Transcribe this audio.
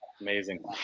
Amazing